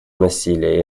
насилия